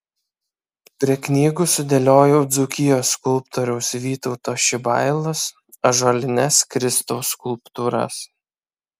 prie knygų sudėliojau dzūkijos skulptoriaus vytauto šibailos ąžuolines kristaus skulptūras